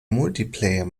multiplayer